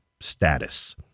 status